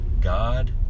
God